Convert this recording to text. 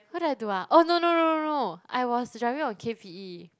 what did I do ah oh no no no no no I was driving on k_p_e